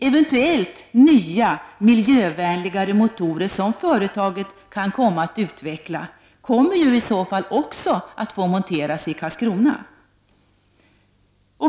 Eventuellt nya miljövänligare motorer som företaget kan komma att utveckla kommer i så fall också att få monteras i Karlskrona.